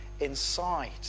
inside